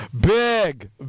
Big